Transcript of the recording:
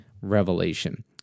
revelation